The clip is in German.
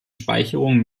speicherung